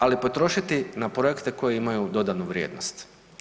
Ali potrošiti na projekte koji imaju dodanu vrijednost.